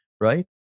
right